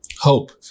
hope